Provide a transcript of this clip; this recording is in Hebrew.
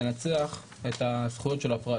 ינצח את הזכויות של הפרט?